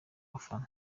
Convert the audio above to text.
bafana